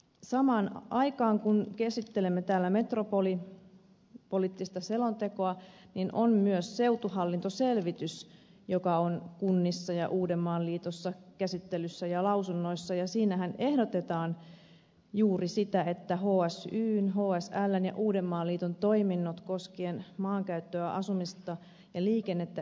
samaan aikaan kun käsittelemme täällä metropolipoliittista selontekoa on myös seutuhallintoselvitys joka on kunnissa ja uudenmaan liitossa käsittelyssä ja lausunnoissa ja siinähän ehdotetaan juuri sitä että hsyn hsln ja uudenmaan liiton toiminnot koskien maankäyttöä asumista ja liikennettä yhdistyisivät